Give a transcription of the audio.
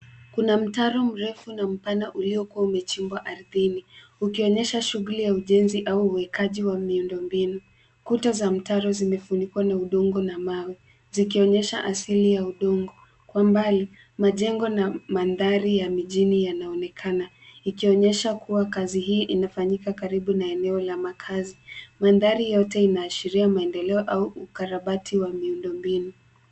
Kuna mtaro mrefu na mpana uliokua umechimbwa ardhini ukionyesha shughuli ya ujenzi au uwekaji wa miundombinu. Kuta za mtaro zimefunikwa na udongo na mawe zikionyesha asili ya udongo. Kwa mbali majengo na mandhari ya mijini yanaonekana, ikionyesha kuwa kazi ii inafanyika karibu na eneo la makazi. Mandhari yote inaashiria maendeleo au ukarabati wa miundombinu.